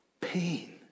pain